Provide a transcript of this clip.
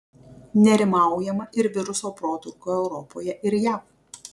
nerimaujama ir viruso protrūkio europoje ir jav